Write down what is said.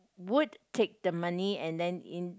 would take the money and then in